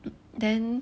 then